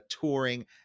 touring